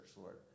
Lord